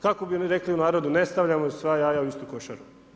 Kako bi rekli u narodu, ne stavljamo sva jaja u istu košaru.